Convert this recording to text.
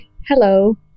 hello